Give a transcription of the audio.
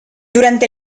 durante